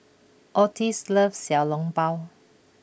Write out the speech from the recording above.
Ottis loves Xiao Long Bao